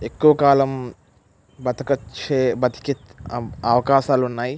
ఎక్కువకాలం బతకచ బ్రతికే అవకాశాలు ఉన్నాయి